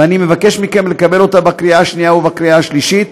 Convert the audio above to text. ואני מבקש מכם לקבל אותה בקריאה שנייה ובקריאה שלישית.